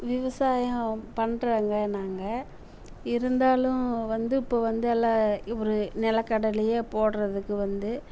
விவசாயம் பண்ணுறாங்க நாங்கள் இருந்தாலும் வந்து இப்போது வந்து எல்லாம் ஒரு நிலக்கடலையே போடுறதுக்கு வந்து